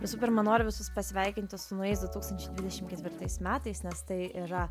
visų pirma noriu visus pasveikinti su naujais du tūkstančiai dvidešim ketvirtais metais nes tai yra